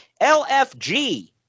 LFG